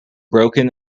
broken